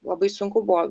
labai sunku buvo